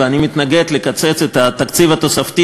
ואני מתנגד לקיצוץ התקציב התוספתי